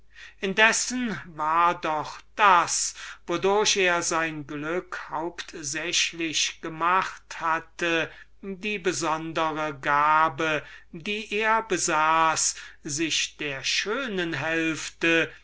indessen war doch dasjenige dem er sein glück vornehmlich zu danken hatte die besondere gabe die er besaß sich der schönern hälfte